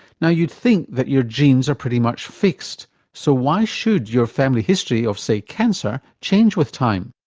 now you'd think that your genes are pretty much fixed so why should your family history of, say cancer, change with time?